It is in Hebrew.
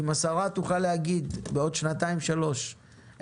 אם השרה תוכל להגיע בעוד שנתיים שלוש,